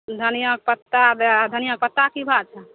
धनिआके पत्ता दै आ धनिआके पत्ता की भाव छै